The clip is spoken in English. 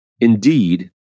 Indeed